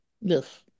yes